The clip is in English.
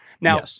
Now